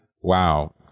Wow